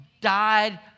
died